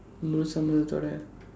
முழு சம்மதத்தோட:muzhu sammathaththooda